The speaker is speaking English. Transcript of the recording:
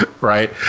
right